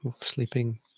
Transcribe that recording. sleeping